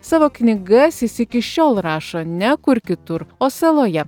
savo knygas jis iki šiol rašo ne kur kitur o saloje